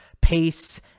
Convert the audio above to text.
pace